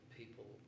people